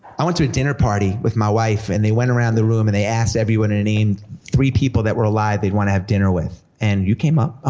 i went to a dinner party with my wife, and they went around the room, and they asked everyone to to name three people that were alive they'd want to have dinner with. and you came up, oh,